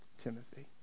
Timothy